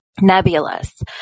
nebulous